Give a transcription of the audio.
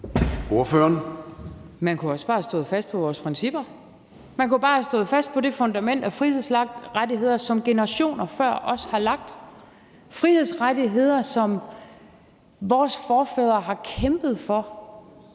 Man kunne også bare have stået fast på vores principper. Man kunne bare have stået fast på det fundament af frihedsrettigheder, som generationer før os har lagt – frihedsrettigheder, som vores forfædre har kæmpet for,